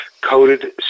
coated